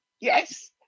yes